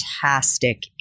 Fantastic